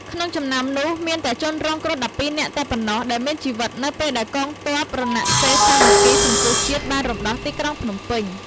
ក្នុងចំណោមនោះមានតែជនរងគ្រោះ១២នាក់តែប៉ុណ្ណោះដែលមានជីវិតនៅពេលដែលកងទ័ពរណសិរ្សសាមគ្គីសង្គ្រោះជាតិបានរំដោះទីក្រុងភ្នំពេញ។